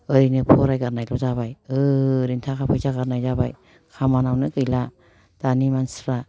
ओरैनो फरायगारनायल' जाबाय ओरैनो थाखा फैसा गारनाय जाबाय खामानि आवनो गैला दानि मानसिफ्रा